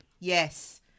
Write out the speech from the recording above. Yes